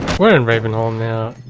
we're in ravenholm now.